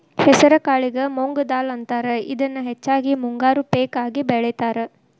ಹೆಸರಕಾಳಿಗೆ ಮೊಂಗ್ ದಾಲ್ ಅಂತಾರ, ಇದನ್ನ ಹೆಚ್ಚಾಗಿ ಮುಂಗಾರಿ ಪೇಕ ಆಗಿ ಬೆಳೇತಾರ